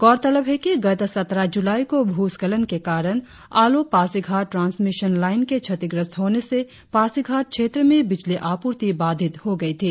गौरतलब है कि गत सत्रह जुलाई को भूस्खलन के कारण आलो पासीघाट ट्रांसमिशन लाईन के क्षतिग्रस्त होने से पासीघाट क्षेत्र में बिजली आपूर्ति बाधित हो गई थी